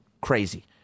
crazy